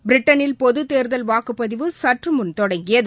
பிரிட்டனில் பொதுத் தேர்தல் வாக்குப்பதிவு சற்றுமுன் தொடங்கியது